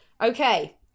Okay